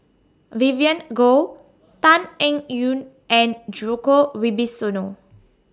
Vivien Goh Tan Eng Yoon and Djoko Wibisono